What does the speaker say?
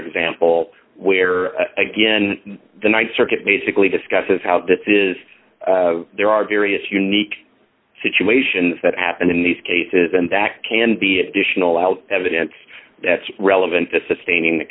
example where again the th circuit basically discusses how this is there are various unique situations that happen in these cases and that can be additional out evidence that's relevant to sustain